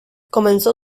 comenzó